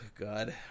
God